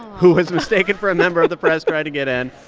who was mistaken for a member of the press trying to get in.